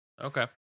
Okay